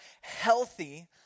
healthy